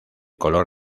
color